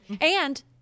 And-